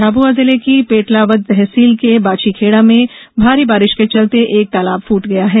झाबुआ जिले की पेटलावद तहसील के बाछीखेडा में भारी बारिश के चलते एक तालाब फूट गया है